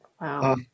Wow